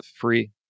free